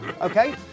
Okay